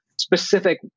specific